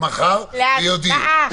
ההצבעה תהיה כנראה מחר ויודיעו.